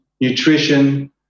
nutrition